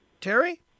Terry